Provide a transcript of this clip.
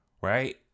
right